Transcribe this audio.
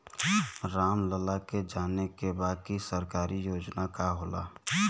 राम लाल के जाने के बा की सरकारी योजना का होला?